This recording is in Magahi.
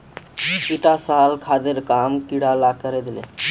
ईटा साल खादेर काम कीड़ा ला करे दिले